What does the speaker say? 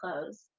clothes